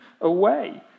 away